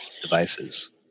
devices